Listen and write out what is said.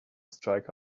strike